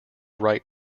right